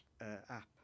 app